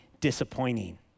disappointing